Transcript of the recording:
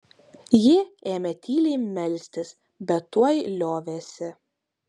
ji ėmė tyliai melstis bet tuoj liovėsi